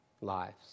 lives